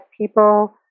people